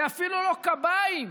זה אפילו לא קביים.